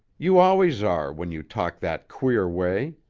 you always are when you talk that queer way.